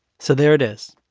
so there it is.